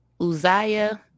uzziah